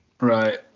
Right